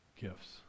gifts